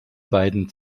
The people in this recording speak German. beiden